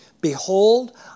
Behold